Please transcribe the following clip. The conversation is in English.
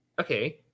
Okay